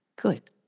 Good